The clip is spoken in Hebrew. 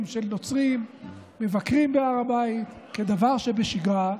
של נוצרים מבקרים בהר הבית כדבר שבשגרה,